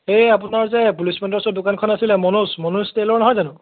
এই আপোনাৰ যে পুলিচ পইণ্টৰ ওচৰত দোকানখন আছিলে মনোজ মনোজ টেইলৰ নহয় জানো